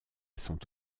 sont